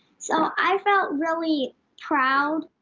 so i felt really proud.